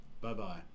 Bye-bye